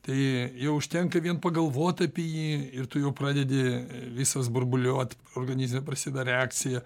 tai jau užtenka vien pagalvot apie jį ir tu jau pradedi visas burbuliuot organizme prasideda reakcija